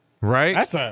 Right